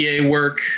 work